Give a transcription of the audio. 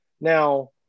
Now